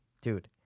Dude